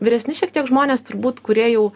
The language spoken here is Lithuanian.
vyresni šiek tiek žmonės turbūt kurie jau